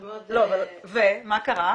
שלי --- ומה קרה?